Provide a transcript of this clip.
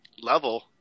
level